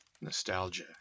Nostalgia